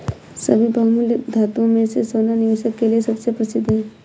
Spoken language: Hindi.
सभी बहुमूल्य धातुओं में से सोना निवेश के लिए सबसे प्रसिद्ध है